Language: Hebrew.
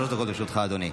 שלוש דקות לרשותך, אדוני.